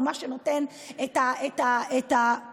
כמה שנותן את הפתרון,